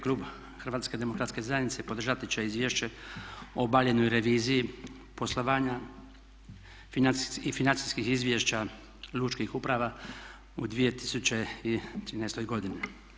Klub HDZ-a podržati će Izvješće o obavljenoj reviziji poslovanja financijskih izvještaja lučkih uprava u 2013. godini.